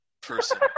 person